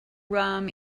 rum